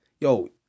yo